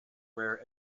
where